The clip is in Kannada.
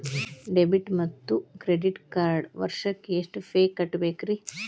ಡೆಬಿಟ್ ಮತ್ತು ಕ್ರೆಡಿಟ್ ಕಾರ್ಡ್ಗೆ ವರ್ಷಕ್ಕ ಎಷ್ಟ ಫೇ ಕಟ್ಟಬೇಕ್ರಿ?